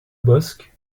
bosc